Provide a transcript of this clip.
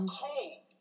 cold